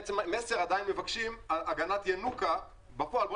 מסר עדיין מבקשים הגנת ינוקא בפועל בוא